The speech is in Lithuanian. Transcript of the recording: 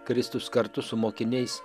kristus kartu su mokiniais